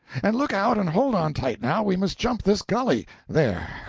and look out and hold on tight, now, we must jump this gully. there,